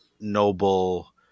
noble